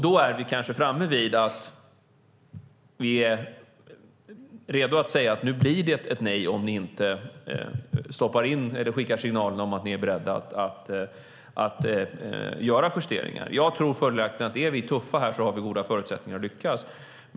Då är vi kanske framme vid och redo för att säga att det blir ett nej om kommissionen inte är beredd att göra justeringar. Jag tror att är vi tuffa har vi goda förutsättningar att lyckas.